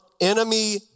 enemy